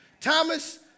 Thomas